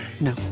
No